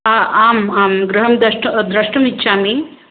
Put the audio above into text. हा आम् आं गृहं दृष्टु दृष्टुमिच्छामि